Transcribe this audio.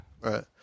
right